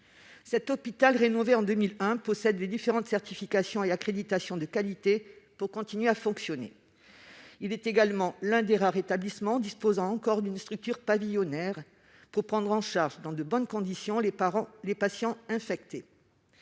Cet hôpital, rénové en 2001, dispose des différentes certifications et accréditations de qualité pour continuer à fonctionner. Il est également l'un des rares établissements ayant encore une structure pavillonnaire pour prendre en charge, dans de bonnes conditions, les patients infectés.